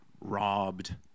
robbed